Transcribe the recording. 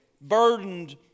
burdened